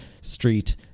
street